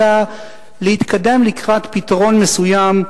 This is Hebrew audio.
אלא להתקדם לקראת פתרון מסוים,